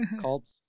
called